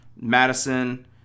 madison